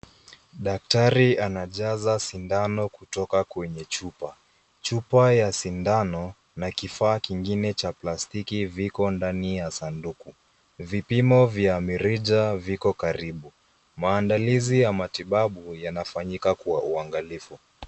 Daktari anajaza sindano kutoka kwenye chupa. Chupa ya sindano na kifaa kingine cha plastiki viko ndani ya sanduku. Vipimo vya mirija vipo karibu. Maandalizi ya matibabu yanafanyika kwa uangalifu